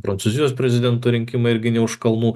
prancūzijos prezidento rinkimai irgi ne už kalnų